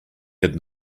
had